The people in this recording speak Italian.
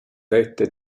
detta